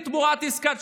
זה דבר שהוא קדוש